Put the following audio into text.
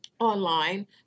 Online